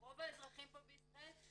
רוב האזרחים פה בישראל,